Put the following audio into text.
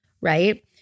right